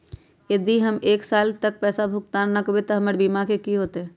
यदि हम एक साल तक पैसा भुगतान न कवै त हमर बीमा के की होतै?